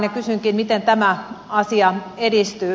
kysynkin miten tämä asia edistyy